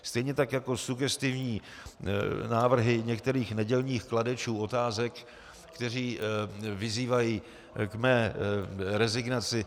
Stejně tak jako sugestivní návrhy některých nedělních kladečů otázek, kteří vyzývají k mé rezignaci.